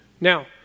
Now